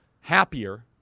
happier